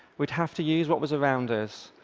we'd have to use what was around us,